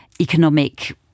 economic